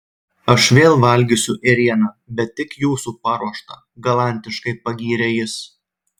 aš vėl valgysiu ėrieną bet tik jūsų paruoštą galantiškai pagyrė jis